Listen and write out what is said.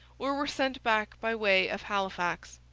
or were sent back by way of halifax.